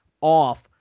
off